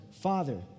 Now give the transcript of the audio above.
Father